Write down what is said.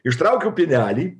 ištraukiau pienelį